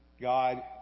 God